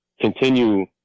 continue